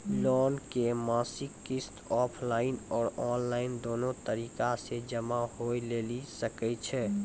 Loan के मासिक किस्त ऑफलाइन और ऑनलाइन दोनो तरीका से जमा होय लेली सकै छै?